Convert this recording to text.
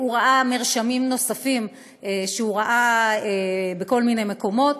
הוא ראה מרשמים נוספים בכל מיני מקומות.